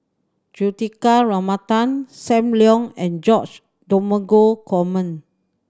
Juthika Ramanathan Sam Leong and George Dromgold Coleman